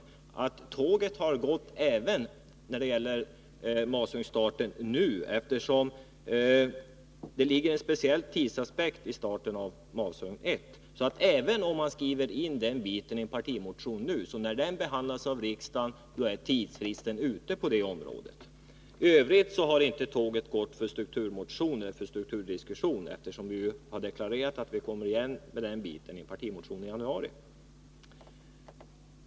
När det gäller masugnsstarten har tåget gått redan nu, eftersom det finns en speciell tidsaspekt för starten av masugn 1. Även om man skriver in den biten i en partimotion nu, är tidsfristen ute på det området, när motionen behandlas av riksdagen. I övrigt har inte tåget gått för strukturmotioner och strukturdiskussioner. Vi har ju deklarerat att vi kommer igen med den biten i en partimotion i januari.